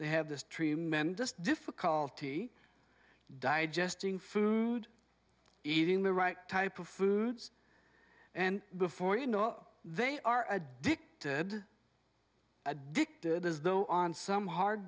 they have this tremendous difficulty digesting food eating the right type of foods and before you know they are addicted addicted as though on some hard